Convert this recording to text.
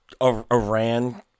Iran –